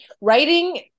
Writing